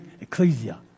ecclesia